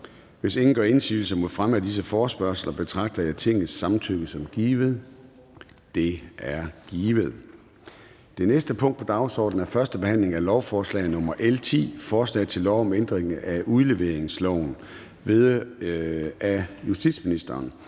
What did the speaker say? Hvis ingen gør indsigelse mod fremme af disse forespørgsler, betragter jeg Tingets samtykke som givet. Det er givet. --- Det næste punkt på dagsordenen er: 4) 1. behandling af lovforslag nr. L 10: Forslag til lov om ændring af udleveringsloven. (Ændring